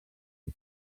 los